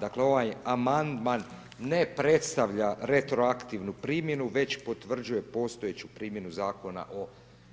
Dakle, ovaj amandman ne predstavlja retroaktivnu primjenu već potvrđuje postojeću primjenu Zakona o